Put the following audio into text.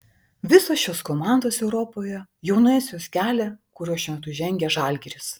visos šios komandos europoje jau nuėjusios kelią kuriuo šiuo metu žengia žalgiris